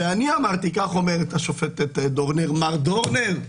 אני אמרתי כך אמרה השופטת דורנר: מר דורנר,